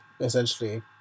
essentially